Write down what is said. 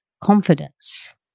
confidence